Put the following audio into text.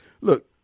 look